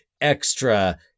extra